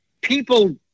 people